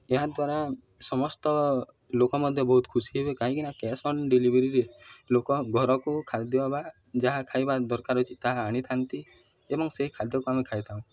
ଏହା ଦ୍ୱାରା ସମସ୍ତ ଲୋକ ମଧ୍ୟ ବହୁତ ଖୁସି ହେବେ କାହିଁକିନା କ୍ୟାସ୍ ଅନ୍ ଡେଲିଭରିରେ ଲୋକ ଘରକୁ ଖାଦ୍ୟ ବା ଯାହା ଖାଇବା ଦରକାର ଅଛି ତାହା ଆଣିଥାନ୍ତି ଏବଂ ସେହି ଖାଦ୍ୟକୁ ଆମେ ଖାଇଥାଉ